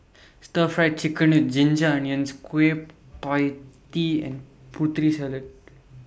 Stir Fry Chicken with Ginger Onions Kueh PIE Tee and Putri Salad